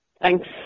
Thanks